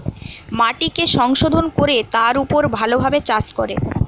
মাটিকে সংশোধন কোরে তার উপর ভালো ভাবে চাষ করে